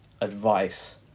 advice